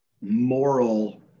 moral